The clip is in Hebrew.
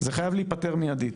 זה חייב להיפתר מידית.